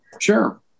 sure